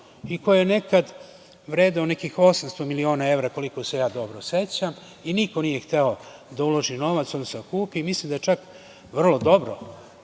i koji je nekad vredeo nekih 800 miliona evra, koliko se ja dobro sećam i niko nije hteo da uloži novac, odnosno da kupi, mislim da je čak vrlo dobro